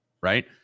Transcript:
right